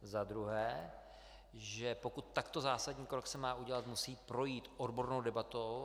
Za druhé, že pokud takto zásadní krok se má udělat, musí projít odbornou debatou.